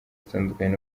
zitandukanye